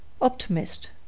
Optimist